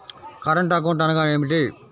Current account అనగా ఏమిటి?